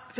at